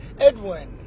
Edwin